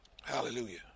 Hallelujah